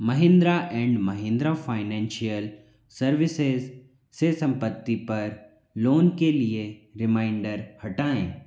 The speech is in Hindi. Mahindra and Mahindra financial services से संपत्ति पर लोन के लिए रिमाइंडर हटाएँ